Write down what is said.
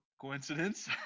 Coincidence